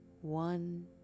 one